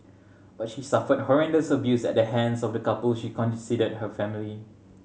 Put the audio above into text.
but she suffered horrendous abuse at the hands of the couple she considered her family